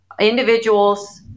individuals